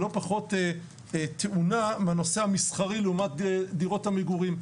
ולא פחות טעונה בנושא המסחרי לעומת דירות המגורים.